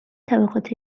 طبقات